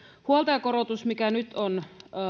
huoltajakorotus mistä nyt on